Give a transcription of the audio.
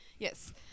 Yes